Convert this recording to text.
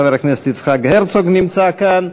חבר הכנסת יצחק הרצוג נמצא כאן.